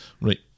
Right